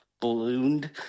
ballooned